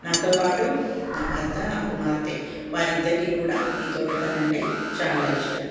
నాతోపాటు నా భర్త నా కుమార్తె వారిద్దరికీ కూడా ఈ తోటపని అంటే చాలా ఇష్టం